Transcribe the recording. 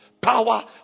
Power